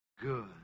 good